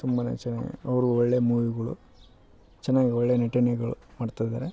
ತುಂಬಾನೆ ಚೆನ್ನಾಗಿ ಅವರು ಒಳ್ಳೆ ಮೂವಿಗಳು ಚೆನ್ನಾಗಿ ಒಳ್ಳೆ ನಟನೆಗಳು ಮಾಡ್ತ ಇದ್ದಾರೆ